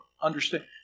understand